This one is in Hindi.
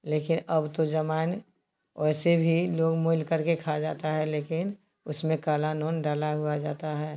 लेकिन अब तो ज़माइन वैसे भी लोग मल करके खा जाता है लेकिन उसमें काला नून डाला हुआ जाता है